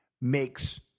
makes